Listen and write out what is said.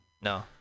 No